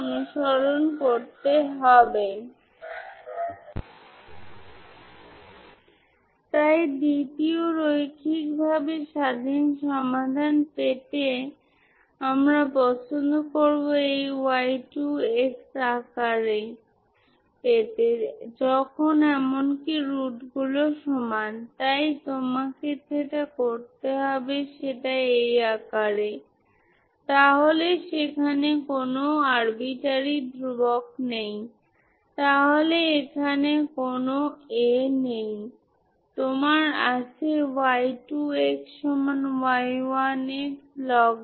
সুতরাং এটি অবদান রাখবে না অবশেষে আপনি যা পাবেন am2b aabfcos2mπb adx এবং একইভাবে আপনি bm পান আবার আপনি একই জিনিস পান প্লাসের পরিবর্তে আপনার একটি বিয়োগ আছে এটি 2 সাইন বর্গ